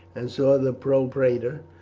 and saw the propraetor,